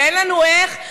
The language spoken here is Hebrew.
ואין לנו איך,